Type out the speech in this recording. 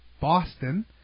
Boston